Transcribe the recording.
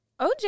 OJ